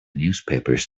newspapers